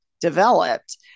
developed